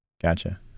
gotcha